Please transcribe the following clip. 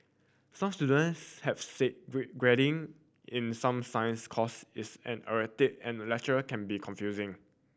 some students have said grading in some science course is an erratic and lecture can be confusing